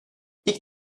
i̇lk